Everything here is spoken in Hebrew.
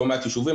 יישובים,